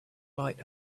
light